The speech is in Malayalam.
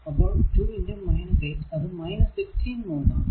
അപ്പോൾ 2 8 അത് 16 വോൾട് ആണ്